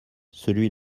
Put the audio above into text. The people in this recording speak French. celui